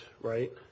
right